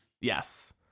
Yes